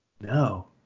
No